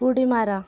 उडी मारा